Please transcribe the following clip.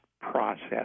process